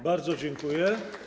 Bardzo dziękuję.